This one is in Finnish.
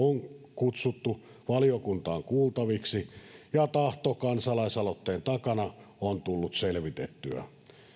kutsuttu valiokuntaan kuultaviksi ja tahto kansalaisaloitteen takana on tullut selvitettyä